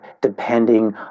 depending